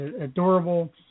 adorable